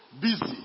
Busy